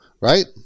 right